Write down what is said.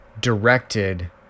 directed